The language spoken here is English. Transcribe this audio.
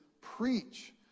preach